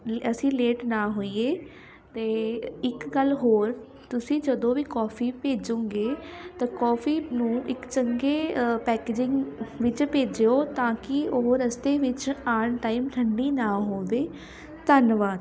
ਲ ਅਸੀਂ ਲੇਟ ਨਾ ਹੋਈਏ ਅਤੇ ਇੱਕ ਗੱਲ ਹੋਰ ਤੁਸੀਂ ਜਦੋਂ ਵੀ ਕੌਫੀ ਭੇਜੋਗੇ ਤਾਂ ਕੌਫੀ ਨੂੰ ਇੱਕ ਚੰਗੇ ਪੈਕਜਿੰਗ ਵਿੱਚ ਭੇਜਿਓ ਤਾਂ ਕਿ ਉਹ ਰਸਤੇ ਵਿੱਚ ਆਉਣ ਟਾਈਮ ਠੰਡੀ ਨਾ ਹੋਵੇ ਧੰਨਵਾਦ